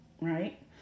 right